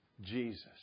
Jesus